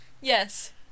Yes